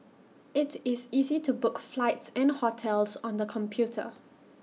IT is easy to book flights and hotels on the computer